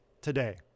today